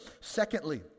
Secondly